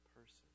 person